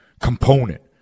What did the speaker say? component